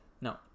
No